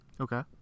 Okay